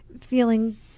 feeling